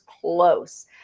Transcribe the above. close